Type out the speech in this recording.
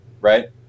right